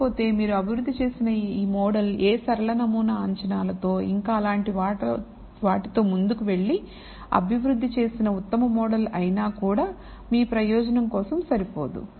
లేకపోతే మీరు అభివృద్ధి చేసిన ఈ మోడల్ ఏ సరళ నమూనా అంచనాలతో ఇంకా అలాంటి వాటితో ముందుకు వెళ్లి అభివృద్ధి చేసిన ఉత్తమ మోడల్ అయినా కూడా మీ ప్రయోజనం కోసం సరిపోదు